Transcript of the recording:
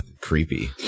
Creepy